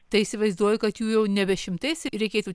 tai įsivaizduoju kad jų jau nebe šimtais reikėtų